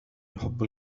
يحب